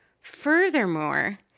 Furthermore